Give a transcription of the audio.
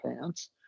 pants